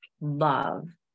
love